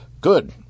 Good